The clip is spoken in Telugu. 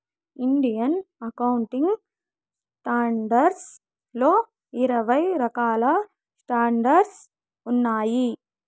ఇండియన్ అకౌంటింగ్ స్టాండర్డ్స్ లో ఇరవై రకాల స్టాండర్డ్స్ ఉన్నాయి